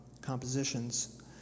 compositions